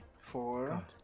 Four